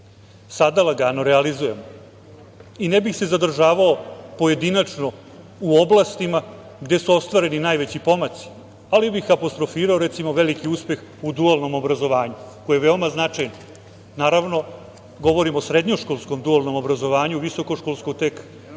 Sada lagano realizujemo. Ne bih se pojedinačno zadržavao u oblastima gde su ostvareni najveći pomaci, ali bih apostrofirao, recimo, veliki uspeh u dualnom obrazovanju, koji je veoma značajan. Naravno, govorim o srednjoškolskom dualnom obrazovanju, visokoškolsko, tek